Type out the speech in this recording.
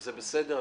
זה בסדר.